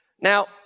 Now